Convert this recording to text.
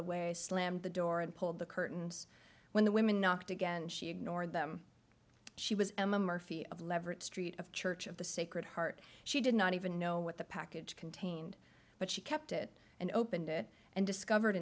the way slammed the door and pulled the curtains when the women knocked again she ignored them she was emma murphy of leverage street of church of the sacred heart she did not even know what the package contained but she kept it and opened it and discovered